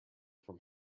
from